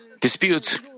disputes